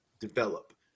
develop